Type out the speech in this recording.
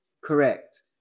correct